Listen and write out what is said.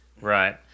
Right